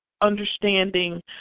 understanding